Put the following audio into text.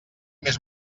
més